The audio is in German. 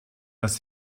dass